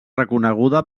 reconeguda